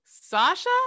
Sasha